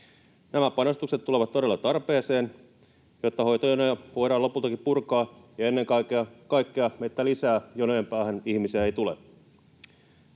Nämä panostukset tulevat todella tarpeeseen, jotta hoitojonoja voidaan lopultakin purkaa ja ennen kaikkea jonojen päähän ei tule